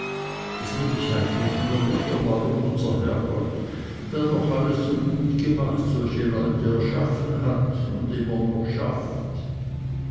es nimmt mich eigentlich nur wunder warum unser herrgott der doch alles so gut gemacht solche leute erschaffen hat und immer noch schafft